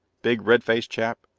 big, red-faced chap?